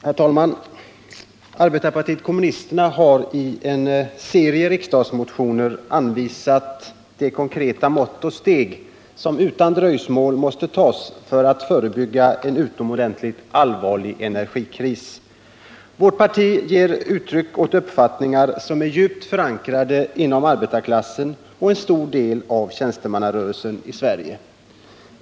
Herr talman! Arbetarpartiet kommunisterna har i en serie riksdagsmotioner anvisat de konkreta mått och steg som utan dröjsmål måste tas för att förebygga en utomordentligt allvarlig energikris. Vårt parti ger uttryck åt uppfattningar som är djupt förankrade inom hela arbetarklassen och en stor del av tjänstemannarörelsen i Sverige.